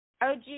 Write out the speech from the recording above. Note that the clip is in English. OG